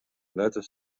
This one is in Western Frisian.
letters